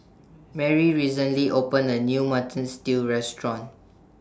Marry recently opened A New Mutton Stew Restaurant